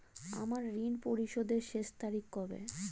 আমার ঋণ পরিশোধের শেষ তারিখ কবে?